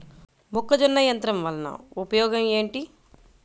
మొక్కజొన్న యంత్రం వలన ఉపయోగము ఏంటి?